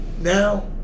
now